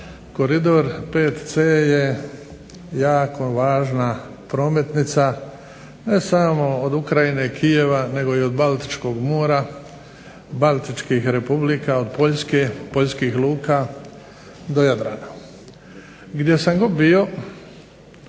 koridor VC je jako važna dionica ne samo od Ukrajine, Kijeva nego i od Baltičkog mora Baltičkih republike, Poljske, Poljskih luka do Jadrana. Gdje sam god bio